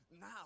now